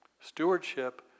Stewardship